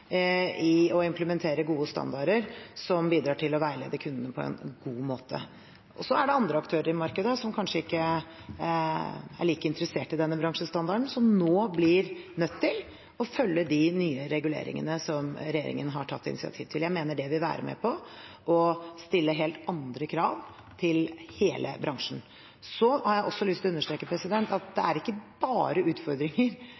i å implementere gode standarder som bidrar til å veilede kundene på en god måte. Så er det andre aktører i markedet, som kanskje ikke er like interessert i denne bransjestandarden, som nå blir nødt til å følge de nye reguleringene som regjeringen har tatt initiativ til. Jeg mener det vil være med på å stille helt andre krav til hele bransjen. Jeg har også lyst til å understreke at det